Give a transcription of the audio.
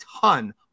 ton